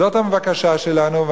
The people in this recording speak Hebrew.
זאת הבקשה שלנו.